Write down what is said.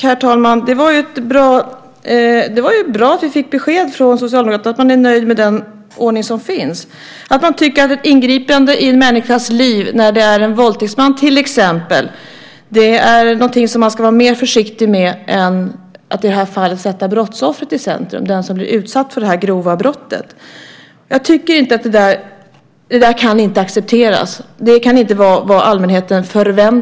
Herr talman! Det är bra att vi fått besked från Socialdemokraterna. Man är alltså nöjd med den ordning som finns. Man tycker att ett ingripande i en människas liv - det kan gälla en våldtäktsman till exempel - är någonting som man ska vara mer försiktig med än att, som i det här fallet, sätta brottsoffret - den som blir utsatt för det grova brottet - i centrum. Det där kan inte accepteras. Det kan inte vara vad allmänheten förväntar sig.